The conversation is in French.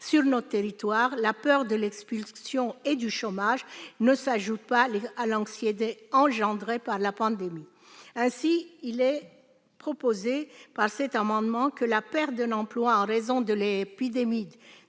sur notre territoire, la peur de l'expulsion et du chômage ne s'ajoute pas à l'anxiété engendrée par la pandémie. Ainsi, il est proposé à travers cet amendement que la perte d'un emploi en raison de l'épidémie